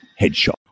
Headshot